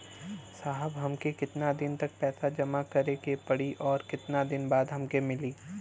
साहब हमके कितना दिन तक पैसा जमा करे के पड़ी और कितना दिन बाद हमके मिली?